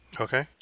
Okay